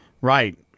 Right